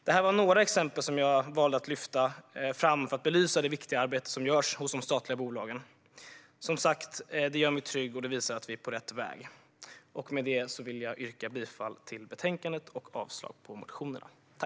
Detta var några exempel som jag valde att lyfta fram för att belysa det viktiga arbete som görs hos de statliga bolagen. Som sagt gör det mig trygg, och det visar att vi är på rätt väg. Jag yrkar bifall till förslaget i betänkandet och avslag på motionerna.